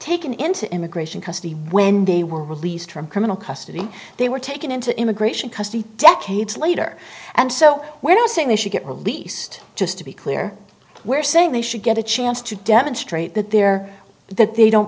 taken into immigration custody when they were released from criminal custody they were taken into immigration custody decades later and so we're not saying they should get released just to be clear we're saying they should get a chance to demonstrate that they're that they don't